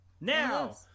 Now